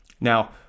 Now